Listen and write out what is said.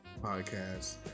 podcast